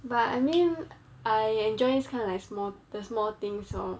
but I mean I enjoy this kind of like small the small things lor